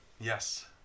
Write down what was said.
Yes